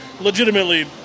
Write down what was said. legitimately